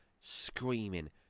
screaming